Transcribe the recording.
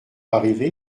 arrivé